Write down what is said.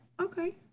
Okay